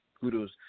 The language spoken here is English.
kudos